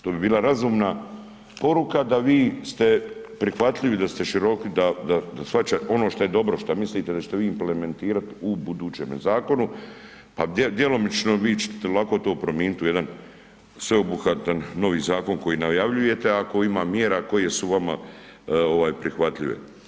To bi bila razumna poruka da vi ste prihvatljivi, da ste široki, da shvaćate ono što je dobro što mislite da ćete vi implementirati u budućem zakonu, pa djelomično vi ćete lako to promijeniti u jedan sveobuhvatan novi zakon koji najavljujete ako ima mjera koje su vama prihvatljive.